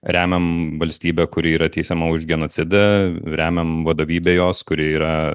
remiam valstybę kuri yra teisiama už genocidą remiam vadovybę jos kuri yra